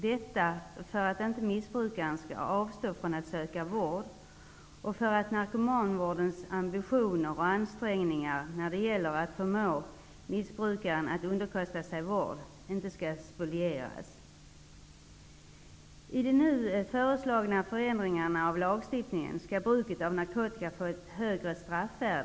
Detta skedde för att inte missbrukaren skall avstå från att söka vård och för att narkomanvårdens ambitioner och ansträngningar, när det gäller att förmå missbrukaren att underkasta sig vård, inte skall spolieras. I de nu föreslagna förändringarna av lagstiftningen skall bruket av narkotika få ett högre straffvärde.